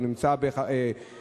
הוא נמצא בחריגה,